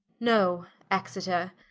no exeter,